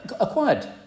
acquired